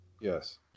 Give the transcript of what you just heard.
Yes